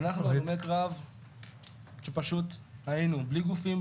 אנחנו הלומי קרב שפשוט היינו בלי גופים,